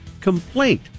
complaint